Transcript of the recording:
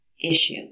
issue